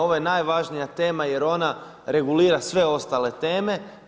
Ovo je najvažnija tema, jer ona regulira sve ostale teme.